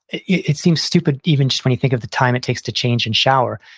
it it seems stupid even just when you think of the time it takes to change and shower,